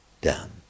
done